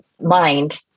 mind